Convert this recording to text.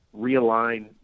realign